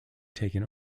taken